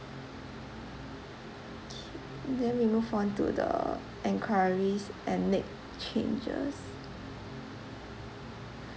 K then we move on to the enquiries and make changes